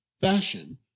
fashion